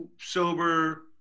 sober